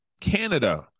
Canada